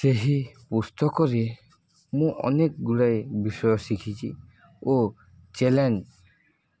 ସେହି ପୁସ୍ତକରେ ମୁଁ ଅନେକ ଗୁଡ଼ାଏ ବିଷୟ ଶିଖିଛି ଓ ଚ୍ୟାଲେଞ୍ଜ